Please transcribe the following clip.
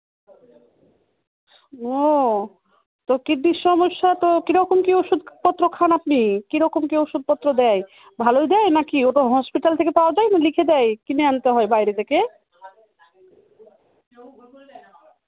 ও তো কিডনির সমস্যা তো কীরকম কী ওষুদপত্র খান আপনি কীরকম কী ওষুদপত্র দেয় ভালো দেয় নাকি ওটা হসপিটাল থেকে পাওয়া যায় না লিখে দেয় কিনে আনতে হয় বাইরে থেকে